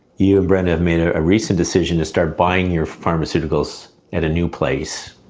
you and brenda have made ah a recent decision to start buying your pharmaceuticals at a new place.